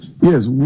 Yes